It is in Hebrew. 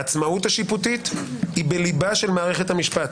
העצמאות השיפוטית היא בליבה של מערכת המשפט.